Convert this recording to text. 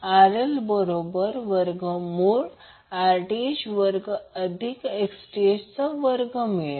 RL बरोबर वर्गमूळ Rth वर्ग अधिक Xth वर्ग असेल